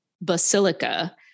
basilica